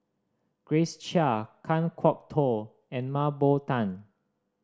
Grace Chia Kan Kwok Toh and Mah Bow Tan